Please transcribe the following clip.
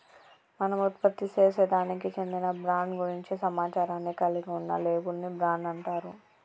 మనం ఉత్పత్తిసేసే దానికి చెందిన బ్రాండ్ గురించి సమాచారాన్ని కలిగి ఉన్న లేబుల్ ని బ్రాండ్ అంటారు